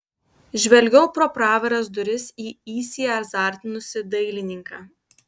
žvelgiau pro praviras duris į įsiazartinusį dailininką